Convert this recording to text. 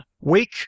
wake